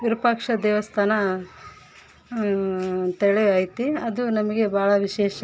ವಿರೂಪಾಕ್ಷ ದೇವಸ್ಥಾನ ಅಂತೇಳಿ ಐತಿ ಅದು ನಮಗೆ ಭಾಳ ವಿಶೇಷ